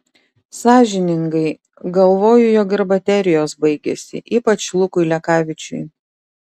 sąžiningai galvoju jog ir baterijos baigėsi ypač lukui lekavičiui